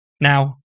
Now